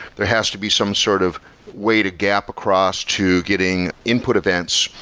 there has to be some sort of way to gap across to getting input events.